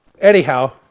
Anyhow